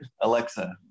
Alexa